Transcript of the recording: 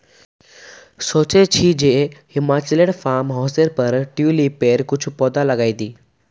सोचे छि जे हिमाचलोर फार्म हाउसेर पर ट्यूलिपेर कुछू पौधा लगइ दी